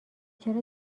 چرا